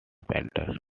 painter